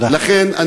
לכן,